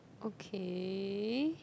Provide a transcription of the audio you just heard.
okay